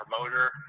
promoter